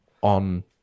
on